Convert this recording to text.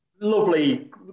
lovely